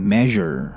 Measure